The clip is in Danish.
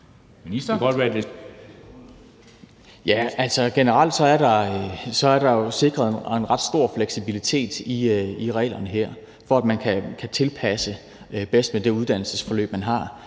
(Jesper Petersen): Altså, generelt er der jo sikret en ret stor fleksibilitet i reglerne her, for at man kan tilpasse det bedst med det uddannelsesforløb, man har